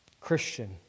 Christian